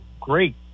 great